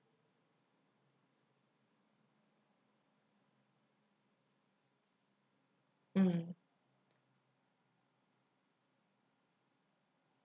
mm